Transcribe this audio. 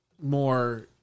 more